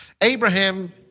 Abraham